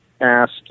asked